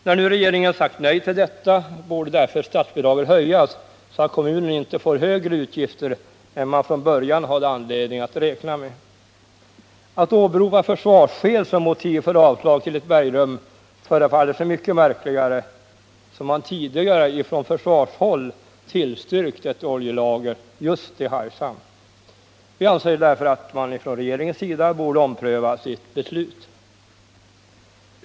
När nu regeringen sagt nej till detta borde därför statsbidraget höjas, så att kommunen inte får högre utgifter än man från början hade anledning att räkna med. Att åberopa försvarsskäl som motiv för avslag till ett bergrum förefaller så mycket märkligare som man tidigare från försvarshåll tillstyrkt ett oljelager just i Hargshamn. Vi anser därför att regeringen borde ompröva sitt beslut.